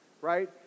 right